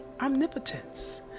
omnipotence